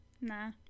nah